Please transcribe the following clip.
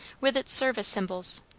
with its service symbols.